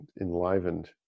enlivened